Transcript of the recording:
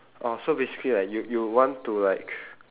oh so basically like you you want to like